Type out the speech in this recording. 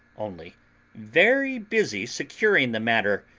only very busy securing the matter,